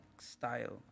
style